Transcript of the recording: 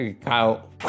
kyle